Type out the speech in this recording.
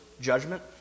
judgment